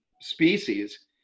species